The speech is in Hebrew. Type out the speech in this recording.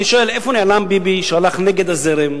אני שואל לאן נעלם ביבי שהלך נגד הזרם,